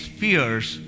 fears